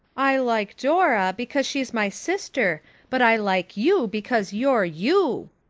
i like dora because she's my sister but i like you because you're you.